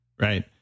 Right